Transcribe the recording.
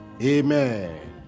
amen